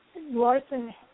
Larson